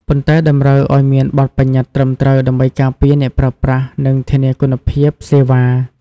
ប៉ុន្តែតម្រូវឱ្យមានបទប្បញ្ញត្តិត្រឹមត្រូវដើម្បីការពារអ្នកប្រើប្រាស់ និងធានាគុណភាពសេវា។